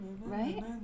Right